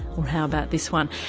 or how about this one,